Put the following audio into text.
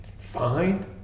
Fine